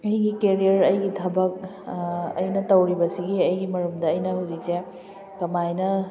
ꯑꯩꯒꯤ ꯀꯦꯔꯤꯌꯔ ꯑꯩꯒꯤ ꯊꯕꯛ ꯑꯩꯅ ꯇꯧꯔꯤꯕꯁꯤꯒꯤ ꯑꯩꯒꯤ ꯃꯔꯝꯗ ꯑꯩꯅ ꯍꯧꯖꯤꯛꯁꯦ ꯀꯃꯥꯏꯅ